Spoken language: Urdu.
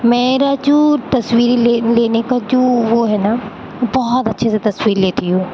میرا جو تصویریں لے لینے کا جو وہ ہے نا بہت اچھے سے تصویر لیتی ہوں